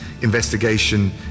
investigation